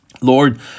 Lord